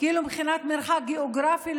לכולם מבחינת מרחק גיאוגרפי.